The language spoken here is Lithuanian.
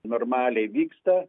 normaliai vyksta